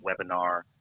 webinar